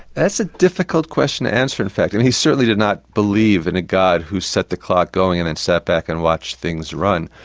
that's a difficult question to answer, in fact. and he certainly did not believe in a god who set the clock going and then sat back and watched things run.